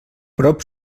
prop